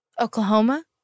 Oklahoma